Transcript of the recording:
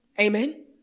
Amen